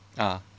ah